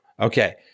okay